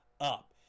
up